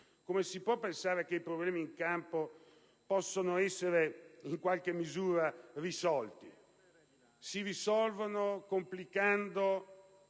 come si può pensare che i problemi in campo possano essere in qualche misura risolti? Si risolvono complicando